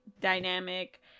dynamic